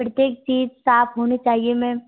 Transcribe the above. प्रत्येक चीज़ साफ होनी चाहिए मेम